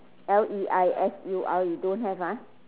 l e i s u r e don't have ah